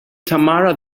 tamara